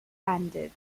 ended